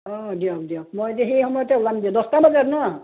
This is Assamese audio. অঁ দিয়ক দিয়ক মই এতিয়া সেই সময়তে ওলাম দিয়ক দহটা বজাত ন